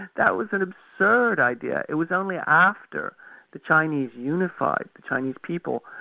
that was an absurd idea. it was only after the chinese unified the chinese people,